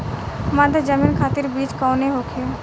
मध्य जमीन खातिर बीज कौन होखे?